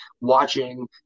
watching